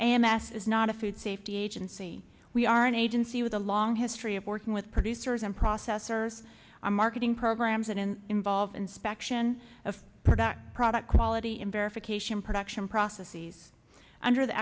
and mass is not a food safety agency we are an agency with a long history of working with producers and processors our marketing programs and in involved inspection of production product quality and verification production processes under the